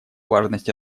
важность